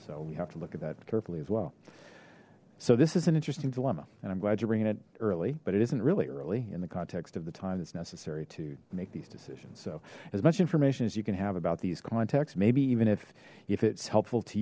so we have to look at that carefully as well so this is an interesting dilemma and i'm glad you bringing it early but it isn't really early in the context of the time that's necessary to make these two so as much information as you can have about these contexts maybe even if if it's helpful to